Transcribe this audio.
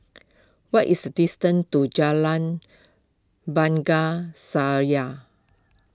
what is the distance to Jalan Bunga Saya